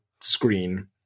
screen